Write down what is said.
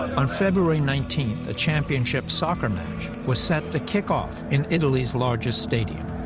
on february nineteen, a championship soccer match was set to kick off in italy's largest stadium.